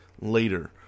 later